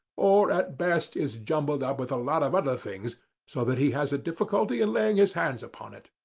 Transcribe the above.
or at best is jumbled up with a lot of other things so that he has a difficulty in laying his hands upon it.